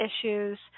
issues